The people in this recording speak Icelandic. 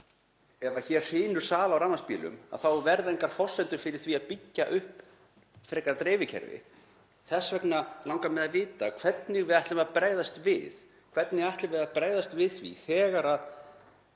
Ef hér hrynur sala á rafmagnsbílum þá verða engar forsendur fyrir því að byggja upp frekara dreifikerfi. Þess vegna langar mig að vita hvernig við ætlum að bregðast við. Hvernig ætlum við að bregðast við því sem